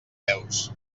peus